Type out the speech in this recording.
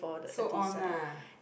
so on ah